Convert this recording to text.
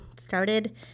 started